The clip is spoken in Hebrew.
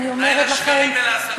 אני אומרת לכם,